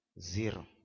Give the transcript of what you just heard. zero